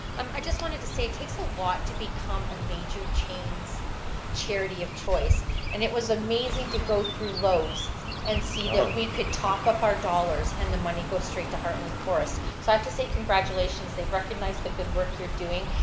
um i just wanted to say it takes a lot to become a major chains' charity of and it was amazing to go through low's and see that we could top up our dollars and the money goes straight to heartland forest. so i have to say congratulations. they've recognized the good work you're doing,